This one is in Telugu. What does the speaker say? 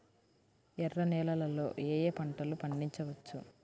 ఎర్ర నేలలలో ఏయే పంటలు పండించవచ్చు?